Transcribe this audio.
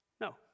No